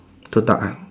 tuck ah